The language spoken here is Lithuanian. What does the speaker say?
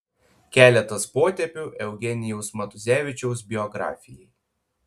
keletas potėpių eugenijaus matuzevičiaus biografijai